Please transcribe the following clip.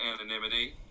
anonymity